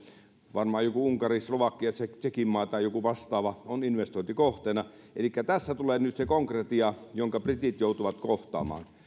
varmaan joku unkari slovakia tsekinmaa tai joku vastaava on investointikohteena elikkä tässä tulee nyt se konkretia jonka britit joutuvat kohtaamaan